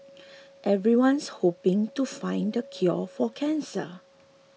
everyone's hoping to find the cure for cancer